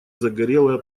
загорелая